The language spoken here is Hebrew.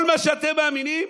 כל מה שאתם מאמינים?